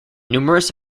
numerous